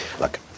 Look